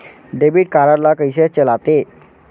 Debit card ला कइसे चलाते?